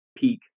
peak